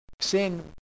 sin